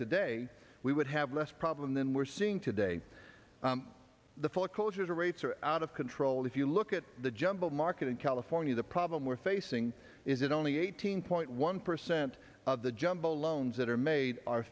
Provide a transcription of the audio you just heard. today we would have less problem than we're seeing today the full closure rates are out of control if you look at the jumbo market in california the problem we're facing is that only eighteen point one percent of the jumbo loans that are made